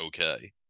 okay